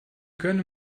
können